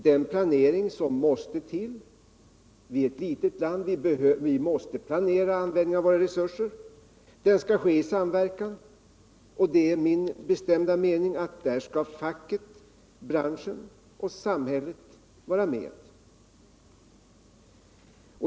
Den planering som måste till — vi är ett litet land och vi behöver planera användningen av våra resurser — skall ske i samverkan, och det är min bestämda mening att där skall facket, branschen och samhället vara med.